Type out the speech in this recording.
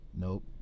Nope